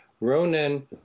Ronan